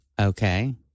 Okay